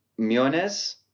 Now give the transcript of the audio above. Miones